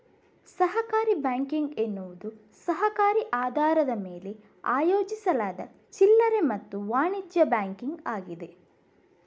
ಸಹಕಾರಿ ಬ್ಯಾಂಕಿಂಗ್ ಎನ್ನುವುದು ಸಹಕಾರಿ ಆಧಾರದ ಮೇಲೆ ಆಯೋಜಿಸಲಾದ ಚಿಲ್ಲರೆ ಮತ್ತು ವಾಣಿಜ್ಯ ಬ್ಯಾಂಕಿಂಗ್ ಆಗಿದೆ